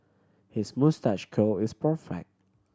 his moustache curl is perfect